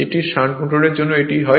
এটি শান্ট মোটরের জন্য এটি হয়